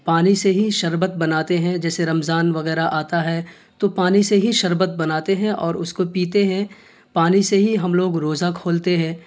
پانی سے ہی شربت بناتے ہیں جیسے رمضان وغیرہ آتا ہے تو پانی سے ہی شربت بناتے ہیں اور اس کو پیتے ہیں پانی سے ہی ہم لوگ روزہ کھولتے ہیں